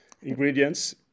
ingredients